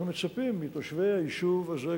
אנחנו מצפים מתושבי היישוב הזה,